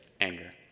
anger